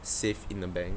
saved in a bank